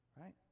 right